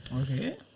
okay